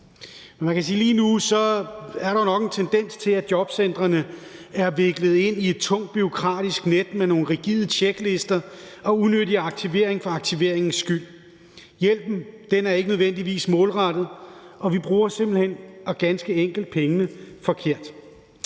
lige nu er der nok en tendens til, at jobcentrene er viklet ind i et tungt bureaukratisk net med nogle rigide tjeklister og unyttig aktivering for aktiveringens skyld. Hjælpen er ikke nødvendigvis målrettet, og vi bruger simpelt hen og ganske enkelt pengene forkert.